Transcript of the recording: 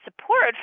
support